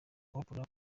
oprah